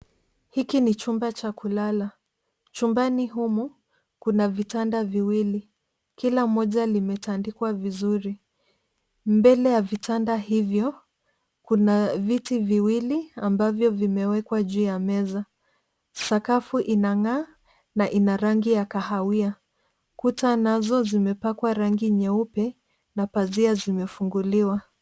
Hiki ni chumba cha kulala. Chumbani humu kuna vitanda viwili. Kila moja limetandikwa vizuri. Mbele ya vitanda hivyo kuna viti viwili ambavyo vimewekwa juu ya meza. Sakafu inang'aa na ina rangi ya kahawia. Kuta nazo zimepakwa rangi nyeupe na pazia zimefunguliwa.